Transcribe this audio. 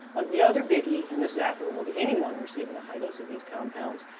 the other biggie, and this is applicable to anyone receiving a high dose of these compounds,